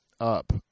up